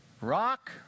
rock